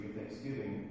Thanksgiving